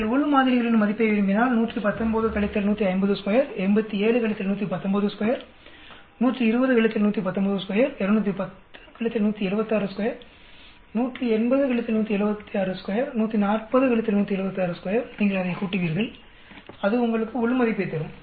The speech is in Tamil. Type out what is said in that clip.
நீங்கள் உள் மாதிரிகளின் மதிப்பை விரும்பினால் 119 1502 87 1192 120 1192 210 1762 180 1762 140 1762 நீங்கள் அதைக்கூட்டுவீர்கள் அது உங்களுக்கு உள் மதிப்பைத் தரும்